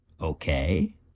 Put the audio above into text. Okay